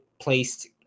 placed